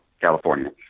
California